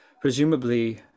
presumably